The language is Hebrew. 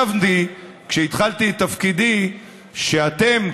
כשהתחלתי את תפקידי חשבתי שאתם,